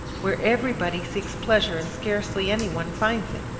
where everybody seeks pleasure and scarcely any one finds it,